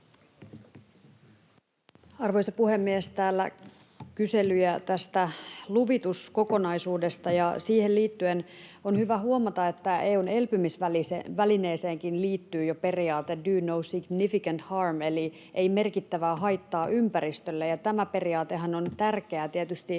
Arvoisa puhemies! Täällä oli kyselyjä tästä luvituskokonaisuudesta. Siihen liittyen on hyvä huomata, että EU:n elpymisvälineeseenkin liittyy jo periaate do no significant harm — eli ei merkittävää haittaa ympäristölle — ja tämä periaatehan on tärkeää tietysti